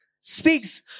speaks